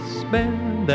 spend